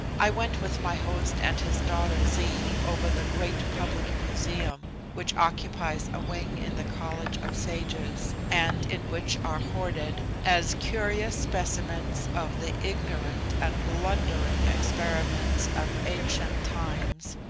i went with my host and his daughter zee over the great public museum, which occupies a wing in the college of sages, and in which are hoarded, as curious specimens of the ignorant and blundering experiments of ancient times,